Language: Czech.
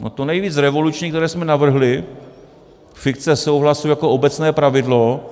No, to nejvíc revoluční, které jsme navrhli, fikce souhlasu jako obecné pravidlo.